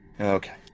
Okay